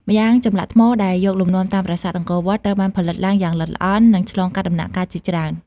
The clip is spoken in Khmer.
ម្យ៉ាងចម្លាក់ថ្មដែលយកលំនាំតាមប្រាសាទអង្គរវត្ត ត្រូវបានផលិតឡើងយ៉ាងល្អិតល្អន់ និងឆ្លងកាត់ដំណាក់កាលជាច្រើន។